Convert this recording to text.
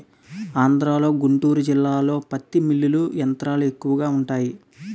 ఆంధ్రలో గుంటూరు జిల్లాలో పత్తి మిల్లులు యంత్రాలు ఎక్కువగా వుంటాయి